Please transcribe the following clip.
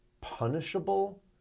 punishable